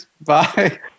Bye